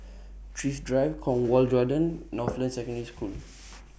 Thrift Drive Cornwall Gardens Northland Secondary School